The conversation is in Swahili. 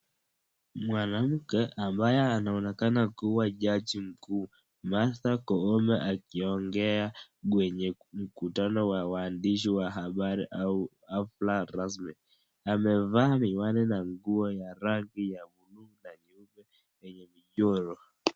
Mwanamke ambaye anonekana kuwa jaji mkuu , Martha Koome akiongea kwenye mkutano wa waandishi wa habari au hafla rasmi, amevaa miwani na nguo ya rangi ya buluu na nyeupe yenye michoro.